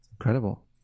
incredible